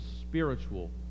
spiritual